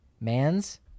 man's